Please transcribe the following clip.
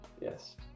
yes